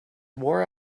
more